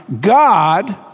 God